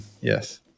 yes